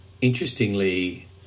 interestingly